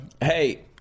Hey